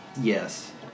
Yes